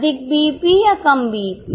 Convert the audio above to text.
अधिक बीईपी या कम बीईपी